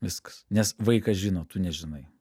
viskas nes vaikas žino tu nežinai